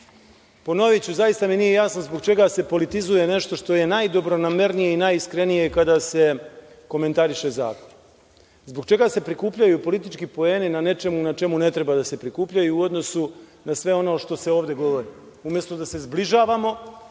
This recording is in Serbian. hajde. Ponoviću, zaista mi nije jasno zbog čega se politizuje nešto što je najdobronamernije i najiskrenije kada se komentariše zakon. Zbog čega se prikupljaju politički poeni na nečemu na čemu ne treba da se prikupljaju, u odnosu na sve ono što se ovde govori, umesto da se zbližavamo.